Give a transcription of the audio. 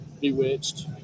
Bewitched